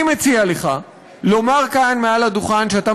אני מציע לך לומר כאן מעל הדוכן שאתה